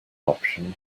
option